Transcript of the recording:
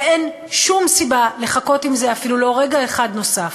ואין שום סיבה לחכות עם זה אפילו רגע אחד נוסף.